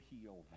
heal